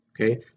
Okay